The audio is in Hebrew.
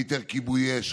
היתר כיבוי אש,